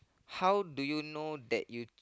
how do you know that you